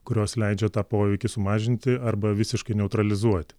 kurios leidžia tą poveikį sumažinti arba visiškai neutralizuoti